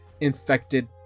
infected